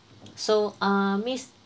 so uh miss